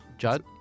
Judd